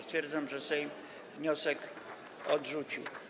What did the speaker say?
Stwierdzam, że Sejm wniosek odrzucił.